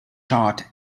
tart